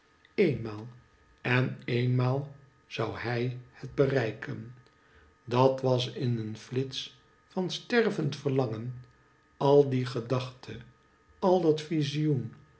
eenmaal en eenmaal zou hij het bereiken dat was in een flits van strevend verlangen al die gedachte al dat vizioen